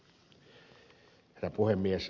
herra puhemies